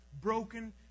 broken